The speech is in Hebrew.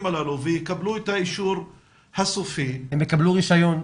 הללו ויקבלו את האישור הסופי --- הם יקבלו רישיון,